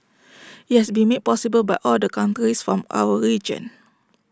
IT has been made possible by all the from our region